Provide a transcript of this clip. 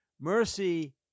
Mercy